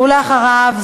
אחריו,